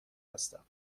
هستم